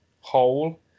hole